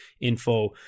info